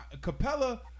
Capella